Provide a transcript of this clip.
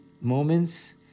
moments